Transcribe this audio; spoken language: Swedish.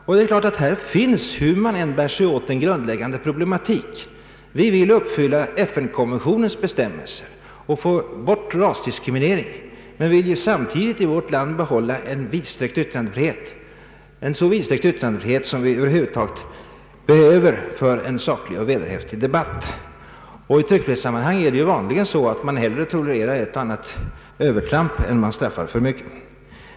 Hur man än bär sig åt finns här grundläggande problem. Vi vill uppfylla FN-konventionens bestämmelser och få bort rasdiskrimineringen. Men vi vill samtidigt i vårt land behålla en vidsträckt yttrandefrihet, en så vidsträckt yttrandefrihet som vi över huvud taget behöver för en saklig och vederhäftig debatt. I tryckfrihetssammanhang är det vanligen så att man hellre tolererar ett och annat övertramp än man straffar för mycket.